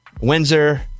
Windsor